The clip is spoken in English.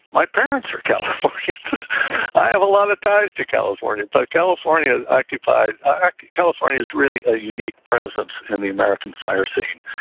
my parents are california. i have a lot of ties to california but california occupy ah california is really a unique presence in the american fire scene.